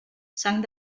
sang